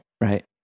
Right